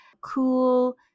cool